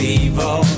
evil